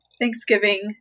Thanksgiving